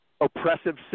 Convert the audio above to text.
oppressive